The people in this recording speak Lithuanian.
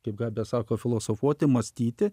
kaip gabė sako filosofuoti mąstyti